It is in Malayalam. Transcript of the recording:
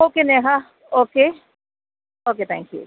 okay Neha okay okay thank you